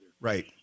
Right